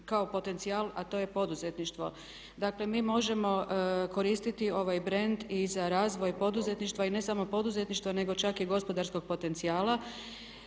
a to je poduzetništvo. Dakle, mi možemo koristiti ovaj brend i za razvoj poduzetništva i ne samo poduzetništva nego čak i gospodarskog potencijala